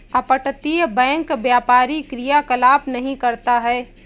अपतटीय बैंक व्यापारी क्रियाकलाप नहीं करता है